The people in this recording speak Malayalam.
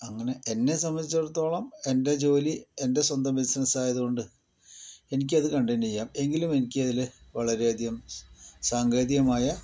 അങ്ങനെ എന്നെ സംബന്ധിച്ചിടത്തോളം എൻ്റെ ജോലി എൻ്റെ സ്വന്തം ബിസിനസ്സായത് കൊണ്ട് എനിക്കത് കണ്ടിന്യൂ ചെയ്യാം എങ്കിലും എനിക്കതിൽ വളരെ അധികം സാങ്കേതികമായ